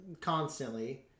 constantly